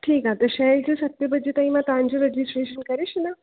ठीकु आहे त छए खां सते बजे ताईं मां तव्हांजो रजिस्ट्रेशन करे छॾां